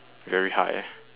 very high